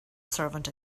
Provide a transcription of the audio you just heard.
servant